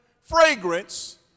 fragrance